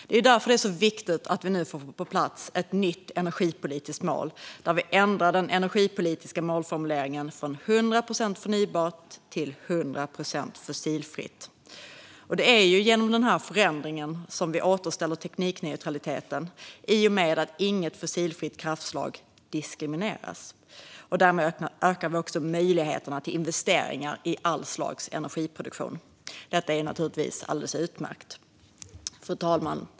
Därför är det så viktigt att vi nu får på plats ett nytt energipolitiskt mål där vi ändrar den energipolitiska målformuleringen från 100 procent förnybart till 100 procent fossilfritt. Genom denna förändring återställs teknikneutraliteten i och med att inget fossilfritt kraftslag diskrimineras. Därmed ökar vi möjligheterna till investeringar i all slags energiproduktion. Detta är naturligtvis alldeles utmärkt. Fru talman!